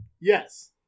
Yes